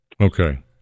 Okay